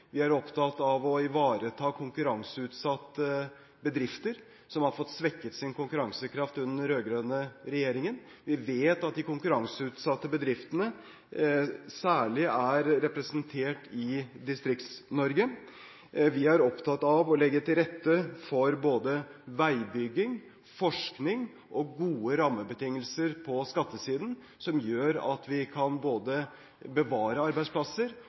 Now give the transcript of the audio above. Vi er opptatt av å ivareta konkurranseutsatte bedrifter, som har fått svekket sin konkurransekraft under den rød-grønne regjeringen. Vi vet at de konkurranseutsatte bedriftene særlig er representert i Distrikts-Norge. Vi er opptatt av å legge til rette for både veibygging, forskning og gode rammebetingelser på skattesiden som gjør at vi kan både bevare arbeidsplasser